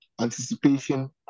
anticipation